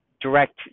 direct